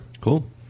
Cool